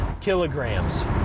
kilograms